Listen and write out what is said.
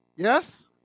Yes